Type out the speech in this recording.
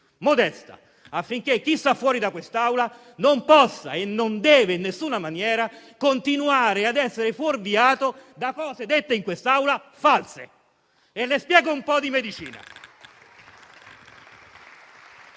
medicina, affinché chi sta fuori da quest'Aula non possa e non debba in alcuna maniera continuare a essere fuorviato dalle cose false dette in quest'Aula. Le spiego un po' di medicina,